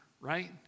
right